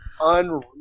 unreal